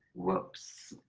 whoops!